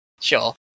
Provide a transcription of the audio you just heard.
Sure